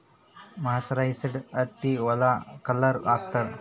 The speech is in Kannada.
ಮರ್ಸರೈಸ್ಡ್ ಹತ್ತಿ ಒಳಗ ಕಲರ್ ಹಾಕುತ್ತಾರೆ